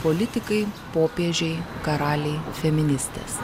politikai popiežiai karaliai feministės